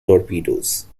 torpedoes